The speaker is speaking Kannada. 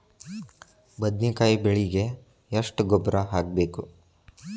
ಬದ್ನಿಕಾಯಿ ಬೆಳಿಗೆ ಎಷ್ಟ ಗೊಬ್ಬರ ಹಾಕ್ಬೇಕು?